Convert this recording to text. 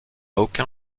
aucun